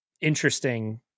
interesting